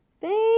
Thank